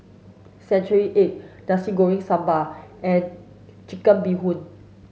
century egg Nasi Goreng Sambal and chicken bee Hoon